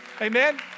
Amen